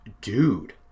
dude